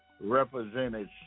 represented